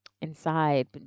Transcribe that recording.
inside